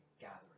gathering